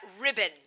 ribbon